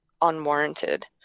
unwarranted